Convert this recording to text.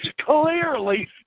Clearly